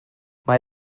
mae